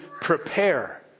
prepare